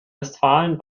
westfalen